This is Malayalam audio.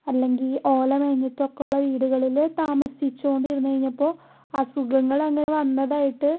അല്ലെങ്കിൽ ഓല മേഞ്ഞിട്ടൊക്കെ ഉള്ള വീടുകളില് താമസിച്ചു കൊണ്ടിരുന്ന് കഴിഞ്ഞപ്പോൾ അസുഖങ്ങളെങ്ങനെ വന്നതായിട്ട്